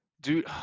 Dude